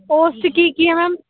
ਉਸ 'ਚ ਕੀ ਕੀ ਆ ਮੈਮ